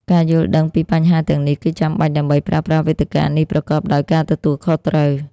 ការយល់ដឹងពីបញ្ហាទាំងនេះគឺចាំបាច់ដើម្បីប្រើប្រាស់វេទិកានេះប្រកបដោយការទទួលខុសត្រូវ។